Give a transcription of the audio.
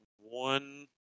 one